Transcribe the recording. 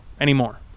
anymore